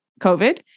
COVID